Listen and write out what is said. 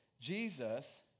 Jesus